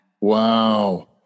wow